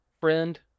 friend